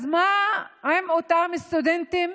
אז מה עם אותם סטודנטים